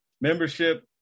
Membership